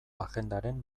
agendaren